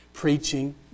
Preaching